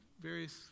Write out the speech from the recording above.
various